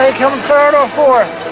come third or fourth.